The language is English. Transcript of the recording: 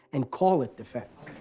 and call it defense.